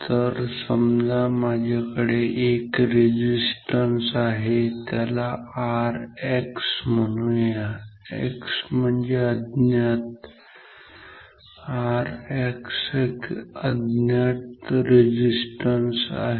तर समजा माझ्याकडे एक रेझिस्टन्स आहे त्याला Rx म्हणूया X म्हणजे अज्ञात त्यामुळे Rx एक अज्ञात रेझिस्टन्स आहे